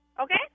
Okay